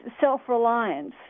self-reliance